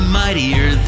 mightier